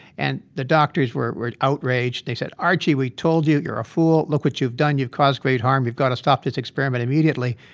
and the doctors were were outraged. and they said, archie, we told you. you're a fool. look what you've done. you've caused great harm. you've got to stop this experiment immediately.